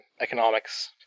economics